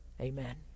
Amen